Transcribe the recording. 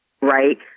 Right